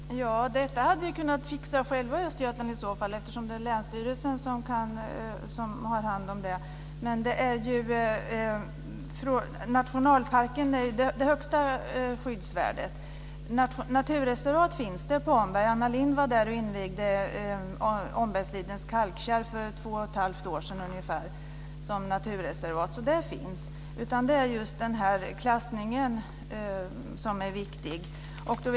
Herr talman! Det hade vi i så fall kunnat fixa själva i Östergötland eftersom det är länsstyrelsen som har hand om sådant här. Nationalpark har ju det högsta skyddsvärdet och naturreservat finns i Omberg. Anna Lindh var ju där för ungefär två och ett halvt år sedan och invigde Ombergslidens kalkkärr, så det finns. Men det är just klassningen som är viktig.